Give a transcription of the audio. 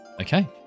Okay